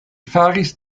faris